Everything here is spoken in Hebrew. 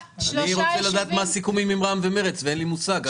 אני רוצה לדעת מה הסיכומים עם רע"מ ומרצ ואין לי מושג,